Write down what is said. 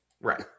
Right